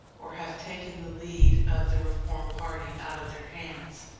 or have taken the lead of the reform party out of their hands.